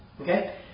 Okay